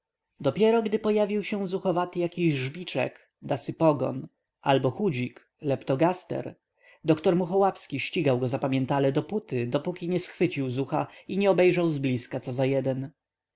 dopiero gdy pojawił się zuchwały jaki żbiczek dasypogon albo chudzik leptogaster dr muchołapski ścigał go zapamiętale dopóty dopóki nie schwycił zucha i nie obejrzał zbliska co za jeden